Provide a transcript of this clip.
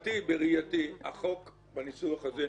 בראייתי, החוק, בניסוח הזה,